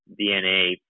dna